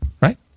right